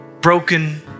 Broken